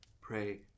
Pray